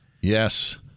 Yes